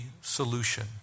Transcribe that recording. solution